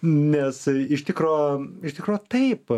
nes iš tikro iš tikro taip